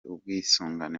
ubwisungane